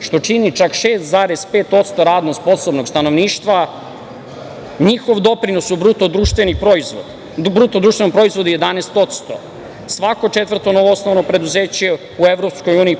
što čini čak 6,5% radno sposobnog stanovništva. Njihov doprinos u bruto društvenom proizvodu je 11%, svako četvrto novoosnovano preduzeće u EU